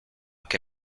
que